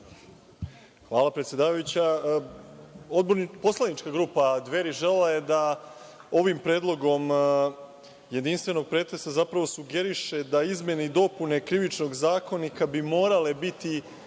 Hvala predsedavajuća. Poslanička grupa Dveri želela je da ovim predlogom jedinstvenog pretresa zapravo sugeriše da izmene i dopune Krivičnog zakonika bi morale biti